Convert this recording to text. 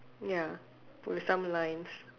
ya to some lines